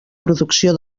producció